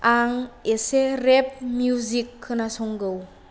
आं एसे rap music खोनासंगौ